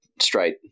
straight